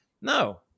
No